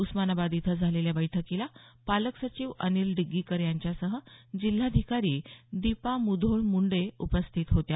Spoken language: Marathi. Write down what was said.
उस्मानाबाद इथं झालेल्या बैठकीला पालक सचिव अनिल डिग्गीकर यांच्यासह जिल्हाधिकारी दीपा मुधोळ मुंडे उपस्थित होत्या